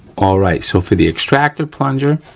all right, so for the extractor plunger,